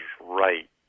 right